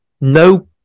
no